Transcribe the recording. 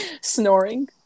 Snoring